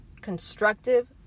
constructive